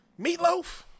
Meatloaf